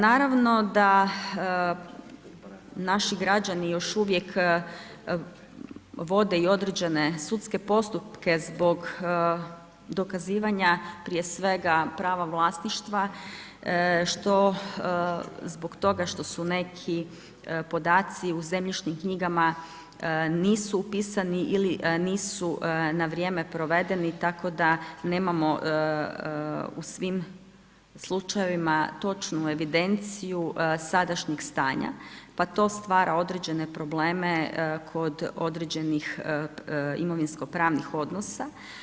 Naravno da naši građani još uvijek vode i određene sudske postupke zbog dokazivanja prije svega prava vlasništva što zbog toga što su neki podaci u zemljišnim knjigama, nisu upisani ili nisu na vrijeme provedeni tako da nemamo u svim slučajevima točnu evidenciju sadašnjeg stanja pa to stvara određene probleme kod određenih imovinsko pravnih odnosa.